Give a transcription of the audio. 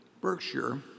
Berkshire